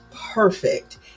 perfect